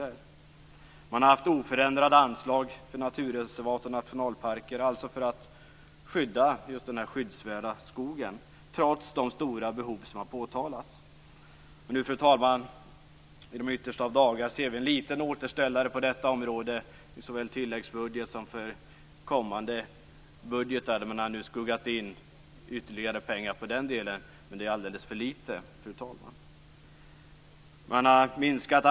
Det har varit oförändrade anslag för naturreservat och nationalparker, alltså anslag för att skydda den skyddsvärda skogen, trots de stora behov som har påtalats. Nu, fru talman, i de yttersta av dagar ser vi en liten återställare på detta område i såväl tilläggsbudget som inför kommande budgetar. Man har nu skuggat in ytterligare pengar för den delen, men det är alldeles för litet.